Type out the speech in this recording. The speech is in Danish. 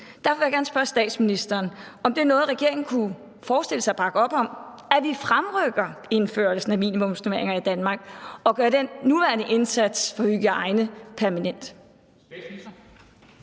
Derfor vil jeg gerne spørge statsministeren, om regeringen kunne forestille sig at bakke op om, altså at vi fremrykker indførelsen af minimumsnormeringer i Danmark og gør den nuværende indsats for hygiejne permanent.